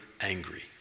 angry